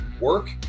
work